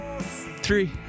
three